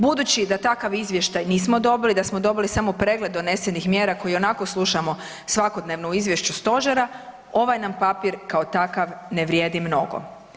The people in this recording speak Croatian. Budući da takav izvještaj nismo dobili, da smo dobili samo pregled donesenih mjera koje ionako slušamo svakodnevno u izvješću Stožera, ovaj nam papir kao takav ne vrijedi mnogo.